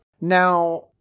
Now